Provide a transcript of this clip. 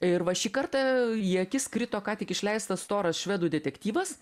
ir va šį kartą į akis krito ką tik išleistas storas švedų detektyvas